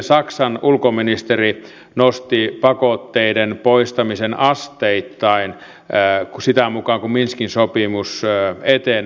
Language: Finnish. saksan ulkoministeri nosti pakotteiden poistamisen asteittain sitä mukaa kun minskin sopimus etenee